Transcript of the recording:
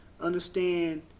understand